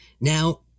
Now